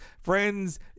friends